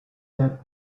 that